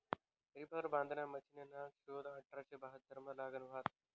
reaper बांधाना मशिनना शोध अठराशे बहात्तरमा लागना व्हता